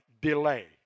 Delay